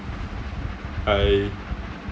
I